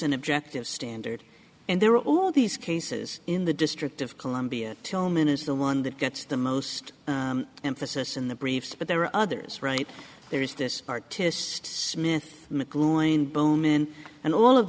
an objective standard and there are all these cases in the district of columbia tillman is the one that gets the most emphasis in the briefs but there are others right there is this artist smith mcluhan boom in and all of